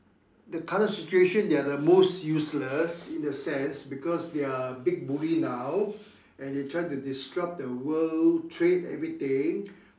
the current situation they are the most useless in a sense because they are big bully now and they try to disrupt the world trade everything